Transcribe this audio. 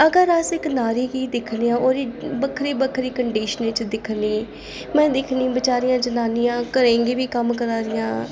अगर अस इक नारी गी दिक्खने आं ओह्दी बक्खरी बक्खरी कंडीशनें दिक्खने नें दिक्खनी बचारियां जनानियां घरें च बी कम्म करा दियां